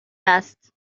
است